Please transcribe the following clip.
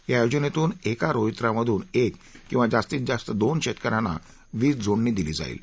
या योजनेतून एका रोहित्रामधून एक किंवा जास्तीत जास्त दोन शेतकऱ्यांना वीज जोडणी दिली जाईल